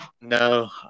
No